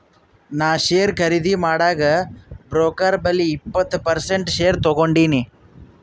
ನಾ ಶೇರ್ ಖರ್ದಿ ಮಾಡಾಗ್ ಬ್ರೋಕರ್ ಬಲ್ಲಿ ಇಪ್ಪತ್ ಪರ್ಸೆಂಟ್ ಶೇರ್ ತಗೊಂಡಿನಿ